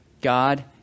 God